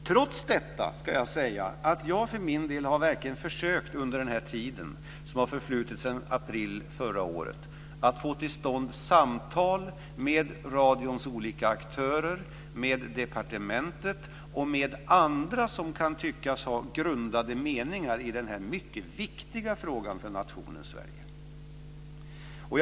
Trots detta vill jag säga att jag för min del verkligen har försökt att under den här tiden, som har förflutit sedan april förra året, att få till stånd samtal med radions olika aktörer, med departementet och med andra som kan tyckas ha grundade meningar i den här mycket viktiga frågan för nationen Sverige.